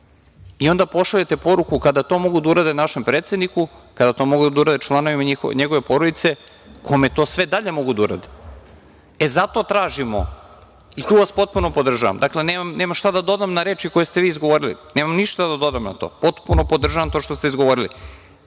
Vučić. Onda pošaljete poruku – kada to mogu da urade našem predsedniku, kada to mogu da urade članovima njegove porodice, kome to sve dalje mogu da urade? Zato tražimo, i tu vas potpuno podržavam, nemam šta da dodam na reči koje ste vi izgovorili, nemam ništa da dodam na to, potpuno podržavam to što ste vi izgovorili,